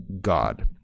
God